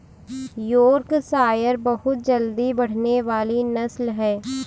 Yorkshire बहुत जल्दी बढ़ने वाली नस्ल है